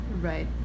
right